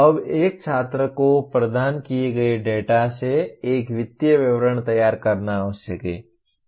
अब एक छात्र को प्रदान किए गए डेटा से एक वित्तीय विवरण तैयार करना आवश्यक है